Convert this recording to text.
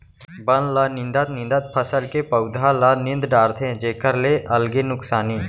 बन ल निंदत निंदत फसल के पउधा ल नींद डारथे जेखर ले अलगे नुकसानी